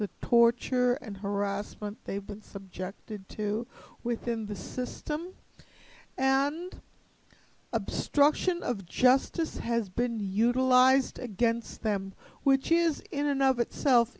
the torture and harassment they've been subjected to within the system and obstruction of justice has been utilized against them which is in and of itself